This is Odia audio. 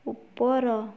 ଉପର